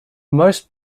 most